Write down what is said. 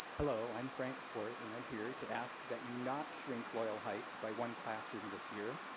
hello i'm frank swort and i'm here to ask that you not shrink loyal heights by one classroom this year.